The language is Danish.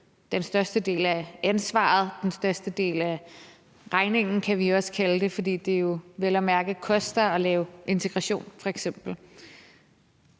den største del af ansvaret og den største del af regningen, kan vi også skal kalde det, fordi det jo vel at mærke koster at lave integration